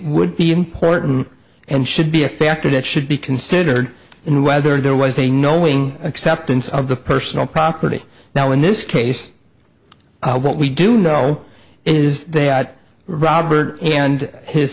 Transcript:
would be important and should be a factor that should be considered and whether there was a knowing acceptance of the personal property now in this case what we do know is that robert and his